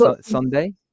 Sunday